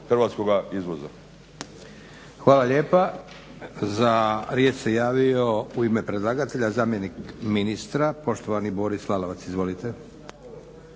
Hvala lijepa. Za riječ se javio u ime predlagatelja zamjenik ministra poštovani Boris Lalovac. **Lalovac,